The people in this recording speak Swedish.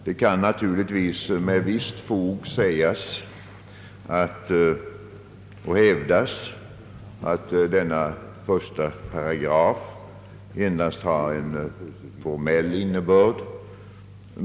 Det kan naturligtvis med visst fog hävdas att denna första paragraf endast har en formell innebörd.